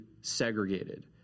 segregated